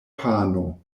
pano